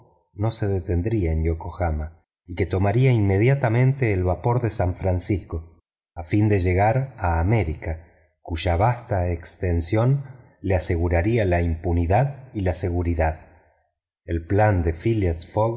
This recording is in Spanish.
no se detendría en yokohama y que tomaría inmediatamente el vapor de san francisco a fin de llegar a américa cuya vasta extensión le aseguraría la impunidad y la seguridad el plan de phileas